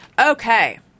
Okay